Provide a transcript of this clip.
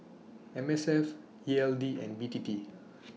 M S F E L D and B T T